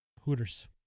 Hooters